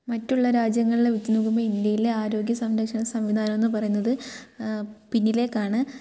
മറ്റുള്ള രാജ്യങ്ങളിലെ വെച്ച് നോക്കുമ്പോൾ ഇന്ത്യയിലെ ആരോഗ്യ സംരക്ഷണ സംവിധാനമെന്ന് പറയുന്നത് പിന്നിലേക്കാണ്